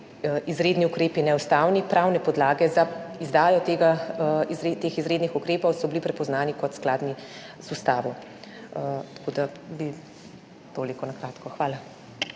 izredni ukrepi neustavni, pravne podlage za izdajo teh izrednih ukrepov so bili prepoznane kot skladne z ustavo. Toliko na kratko. Hvala.